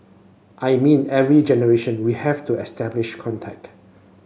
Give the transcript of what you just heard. I mean every generation we have to establish contact